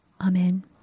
Amen